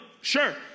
sure